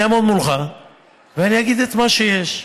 אני אעמוד מולך ואני אגיד את מה שיש.